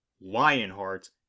Lionheart